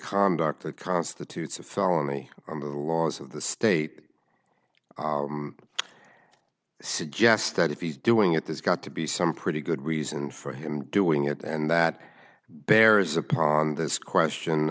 that constitutes a felony under the laws of the state suggest that if he's doing it there's got to be some pretty good reason for him doing it and that bears upon this question